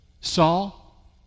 Saul